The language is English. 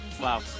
Wow